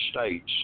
States